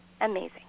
Amazing